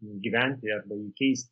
gyventi arba jį keisti